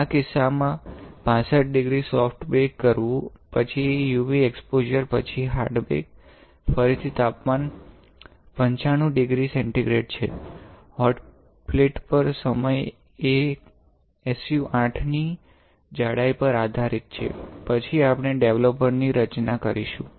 આ કિસ્સામાં 65 degree soft bake કરવું પછી UV એક્સપોઝર પછી હર્ડ બેક ફરીથી તાપમાન 95 ડિગ્રી સેન્ટિગ્રેડ છે હોટપ્લેટ પર સમય એ SU 8 ની જાડાઈ પર આધારિત છે પછી આપણે ડેવલપર ની રચના કરીશું